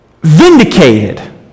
vindicated